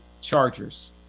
chargers